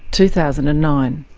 two thousand and nine.